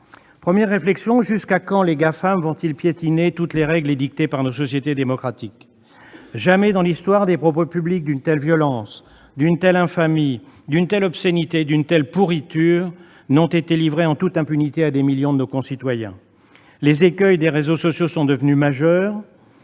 Première réflexion : jusqu'à quand les Gafam vont-ils piétiner toutes les règles édictées par nos sociétés démocratiques ? Jamais dans l'histoire des propos publics d'une telle violence, d'une telle infamie, d'une telle obscénité, d'une telle pourriture n'ont été livrés, en toute impunité, à des millions de nos concitoyens. Les écueils des réseaux sociaux sont devenus majeurs,